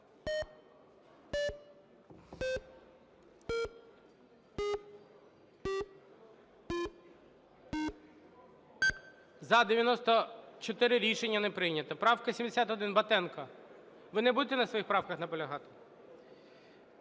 За-94 Рішення не прийнято. Правка 71, Батенко. Ви не будете на своїх правках наполягати?